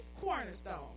cornerstone